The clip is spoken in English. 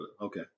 Okay